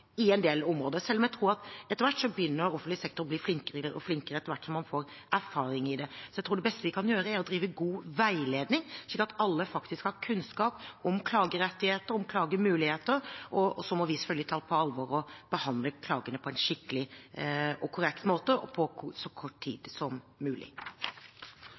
i en del områder, selv om jeg tror at offentlig sektor begynner å bli flinkere og flinkere etter hvert som man får erfaring med det. Jeg tror at det beste vi kan gjøre, er å drive god veiledning, slik at alle faktisk har kunnskap om klagerettigheter og klagemuligheter, og så må vi selvfølgelig ta det på alvor og behandle klagene på en skikkelig og korrekt måte og på så kort tid som mulig.